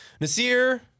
Nasir